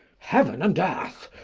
heaven and earth!